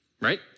right